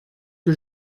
que